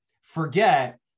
forget